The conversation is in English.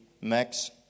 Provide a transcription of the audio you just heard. max